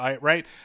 right